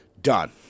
done